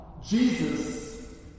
Jesus